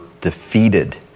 defeated